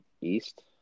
east